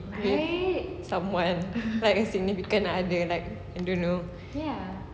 with someone like a significant other like I don't know